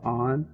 on